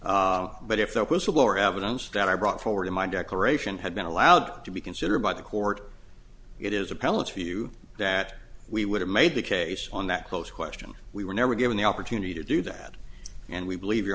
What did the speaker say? question but if the whistleblower evidence that i brought forward in my declaration had been allowed to be considered by the court it is appellate view that we would have made the case on that close question we were never given the opportunity to do that and we believe you